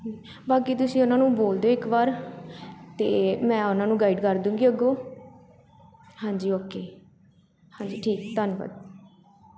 ਬਾਕੀ ਤੁਸੀਂ ਉਹਨਾਂ ਨੂੰ ਬੋਲ ਦਿਉ ਇੱਕ ਵਾਰ ਅਤੇ ਮੈਂ ਉਹਨਾਂ ਨੂੰ ਗਾਈਡ ਕਰ ਦੂੰਗੀ ਅੱਗੋਂ ਹਾਂਜੀ ਓਕੇ ਹਾਂਜੀ ਠੀਕ ਧੰਨਵਾਦ